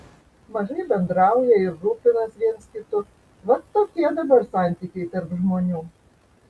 mažai bendrauja ir rūpinas viens kitu vat tokie dabar santykiai tarp žmonių